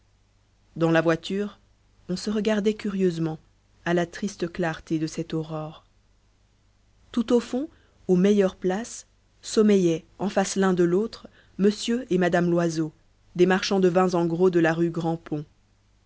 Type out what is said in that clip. dans la voiture on se regardait curieusement à la triste clarté de cette aurore tout au fond aux meilleures places sommeillaient en face l'un de l'autre m et mme loiseau des marchands de vins en gros de la rue